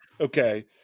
okay